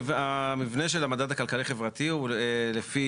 המבנה של המדד הכלכלי חברתי הוא לפי,